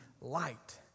light